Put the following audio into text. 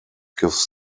gives